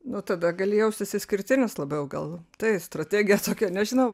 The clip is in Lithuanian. nu tada gali jaustis išskirtinis labiau gal tai strategija tokia nežinau